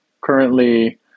currently